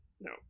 no